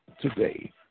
today